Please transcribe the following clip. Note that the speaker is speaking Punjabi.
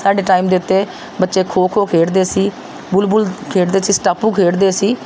ਸਾਡੇ ਟਾਈਮ ਦੇ ਉੱਤੇ ਬੱਚੇ ਖੋ ਖੋ ਖੇਡਦੇ ਸੀ ਬੁਲਬੁਲ ਖੇਡਦੇ ਸੀ ਸਟਾਪੂ ਖੇਡਦੇ ਸੀ